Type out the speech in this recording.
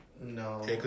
No